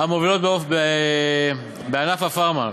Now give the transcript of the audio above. המובילות בענף הפארמה.